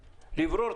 אנחנו עובדים לרוב ברשות